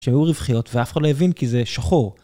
שהיו רווחיות, ואף אחד לא הבין כי זה שחור.